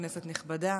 כנסת נכבדה,